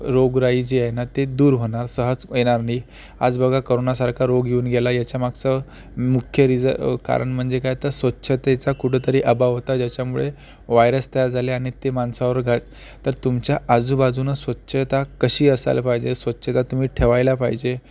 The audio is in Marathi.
रोगराई जे आहे ना ते दूर होणार सहज येणार नाही आज बघा कोरोनासारखा रोग येऊन गेला याच्यामागचं मुख्य रिज कारण म्हणजे काय तर स्वच्छतेचा कुठेतरी अभाव होता ज्याच्यामुळे व्हायरस तयार झाले आणि ते माणसावर घात तर तुमच्या आजूबाजूनं स्वच्छता कशी असायला पाहिजे स्वच्छता तुम्ही ठेवायला पाहिजे